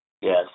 Yes